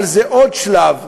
אבל זה עוד שלב,